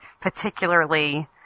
particularly